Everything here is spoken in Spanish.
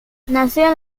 nació